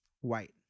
white